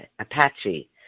Apache